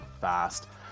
fast